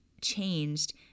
changed